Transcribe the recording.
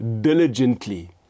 diligently